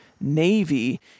Navy